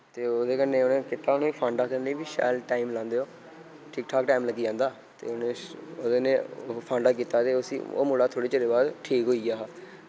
ते ओह्दे कन्नै उ'नें कीता उ'नें फांडा करने बी शैल टाइम लांदे ओह् ठीक ठाक टाइम लग्गी जंदा ते उ'नें उदे कन्नै फांडा कीता ते उस्सी ओह् मुड़ा थोह्ड़े चिरे बाद ठीक होई गेआ हा